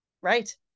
Right